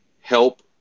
help